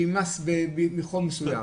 שיימס בחום מסוים,